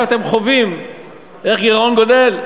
עכשיו אתם חווים איך גירעון גדל,